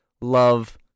love